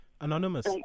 Anonymous